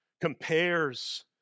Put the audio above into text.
compares